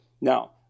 Now